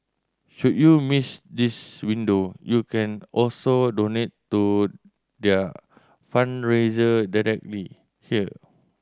should you miss this window you can also donate to their fundraiser directly here